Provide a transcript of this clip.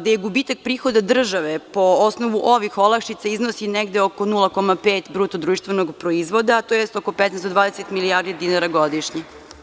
gde je gubitak prihoda države po osnovu ovih olakšica iznosi oko 0,5 bruto društvenog proizvoda, tj. oko 15-20 milijardi dinara godišnje.